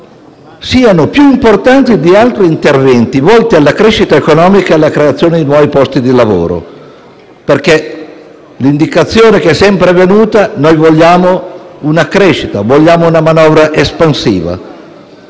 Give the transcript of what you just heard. siano più importanti di altri interventi volti alla crescita economica e alla creazione di nuovi posti di lavoro, perché l'indicazione che è sempre venuta era favorevole alla crescita, ad una manovra espansiva.